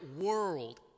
world